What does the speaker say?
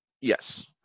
Yes